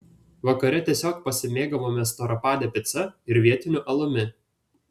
vakare tiesiog pasimėgavome storapade pica ir vietiniu alumi